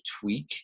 tweak